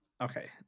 Okay